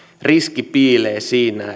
riski piilee siinä